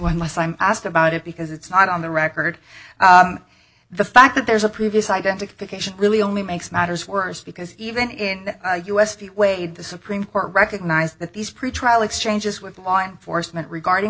unless i'm asked about it because it's not on the record the fact that there's a previous identification really only makes matters worse because even in the us the way the supreme court recognized that these pretrial exchanges with law enforcement regarding